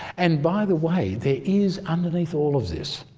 and by the way there is underneath all of this,